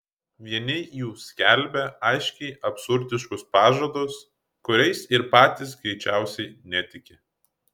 vieni jų skelbia aiškiai absurdiškus pažadus kuriais ir patys greičiausiai netiki